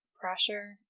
pressure